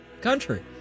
country